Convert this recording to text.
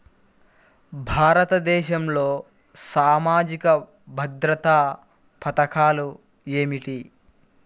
భారతదేశంలో సామాజిక భద్రతా పథకాలు ఏమిటీ?